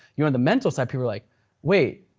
you're on the mental side, people are like wait,